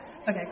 Okay